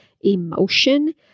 emotion